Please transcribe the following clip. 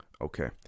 okay